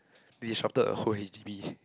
which he shocked the whole H_D_B